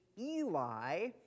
Eli